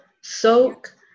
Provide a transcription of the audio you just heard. soak